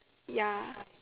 ya